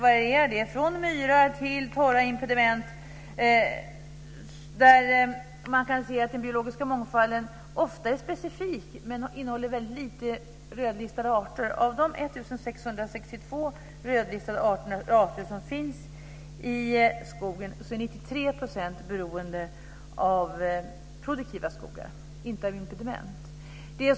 Ja, det är från myrar till torra impediment, där man kan se att den biologiska mångfalden ofta är specifik men innehåller väldigt lite rödlistade arter. Av de 1 662 rödlistade arter som finns i skogen är 93 % beroende av produktiva skogar, inte av impediment.